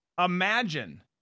imagine